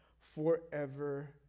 forever